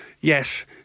yes